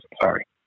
Sorry